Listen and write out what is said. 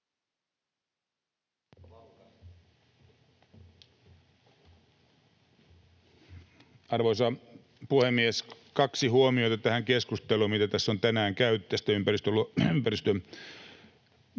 Arvoisa puhemies! Kaksi huomiota tähän keskusteluun, mitä tässä on tänään käyty tästä